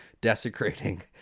desecrating